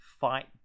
fight